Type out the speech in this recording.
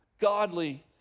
godly